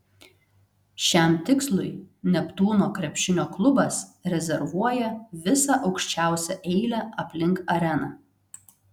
šiam tikslui neptūno krepšinio klubas rezervuoja visą aukščiausią eilę aplink areną